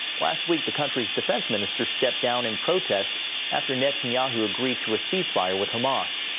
last week the country's defense minister stepped down in protest after netanyahu agreed to a cease-fire with hamas.